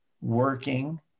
working